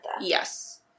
Yes